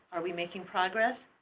are we making progress?